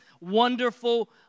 wonderful